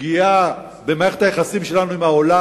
שגיאה במערכת היחסים שלנו עם העולם.